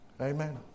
Amen